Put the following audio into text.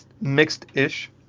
Mixed-ish